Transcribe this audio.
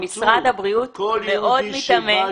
ומשרד הבריאות מאוד מתאמץ.